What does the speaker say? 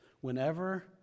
whenever